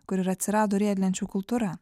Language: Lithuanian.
kur ir atsirado riedlenčių kultūra